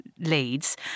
leads